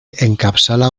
encapçala